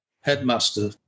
headmaster